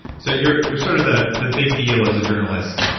so you're you're sort of the the big deal as a journalist,